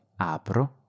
apro